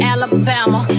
Alabama